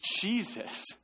Jesus